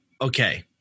okay